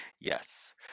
Yes